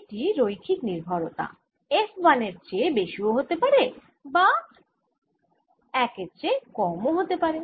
এটি রৈখিক নির্ভরতা f 1 এর চেয়ে বেশি ও হতে পারে বা 1 এর চেয়ে কম ও হতে পারে